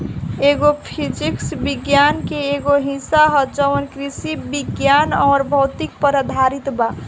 agro physics विज्ञान के एगो हिस्सा ह जवन कृषि विज्ञान अउर भौतिकी पर आधारित बा